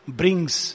brings